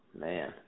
man